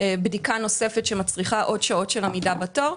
בדיקה נוספת המצריכה עוד שעות של עמידה בתור.